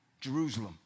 Jerusalem